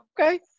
okay